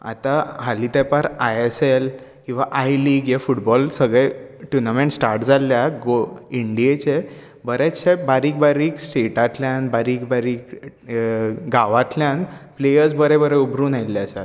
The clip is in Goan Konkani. आता हालीं तेंपार आय एस एल किंवां आय लिग हें फुटबॉल सगळे टुर्नामेंट स्टार्ट जाल्ल्याक गो इंडियेचे बरेचशें बारीक बारीक स्टेटांतल्यान बारीक बारीक गावांतल्यान प्लेयर्स बरें बरें उबारून आयिल्ले आसात